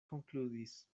konkludis